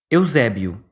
Eusébio